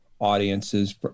audiences